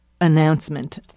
announcement